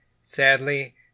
Sadly